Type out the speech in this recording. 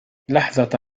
لحظة